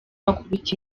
akubita